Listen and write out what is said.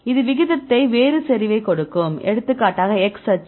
இது விகிதத்தை வேறு செறிவைக் கொடுக்கும் எடுத்துக்காட்டாக x அச்சு